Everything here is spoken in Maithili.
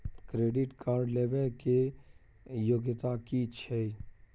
क्रेडिट कार्ड लेबै के योग्यता कि छै?